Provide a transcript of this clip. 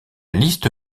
liste